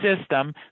system